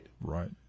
Right